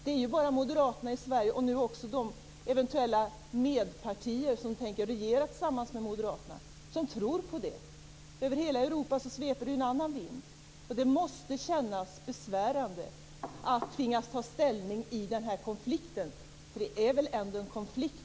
Det är bara moderaterna i Sverige och de eventuella partier som tänker regera tillsammans med moderaterna som tror på detta. Över hela Europa sveper det en annan vind. Det måste kännas besvärande att tvingas att ta ställning i denna konflikt, för det är väl ändå en konflikt?